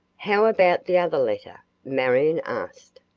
how about the other letter? marion asked.